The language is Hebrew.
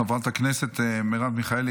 חברת הכנסת מרב מיכאלי,